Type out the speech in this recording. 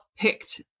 picked